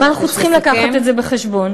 ואנחנו צריכים לקחת את זה בחשבון.